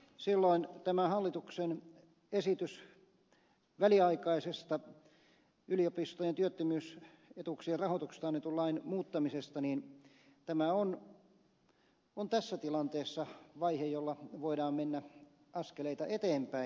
silloin tämä hallituksen esitys yliopistojen työttömyysetuuksien rahoituksesta annetun lain väliaikaisesta muuttamisesta on tässä tilanteessa vaihe jolla voidaan mennä askeleita eteenpäin